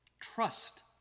Trust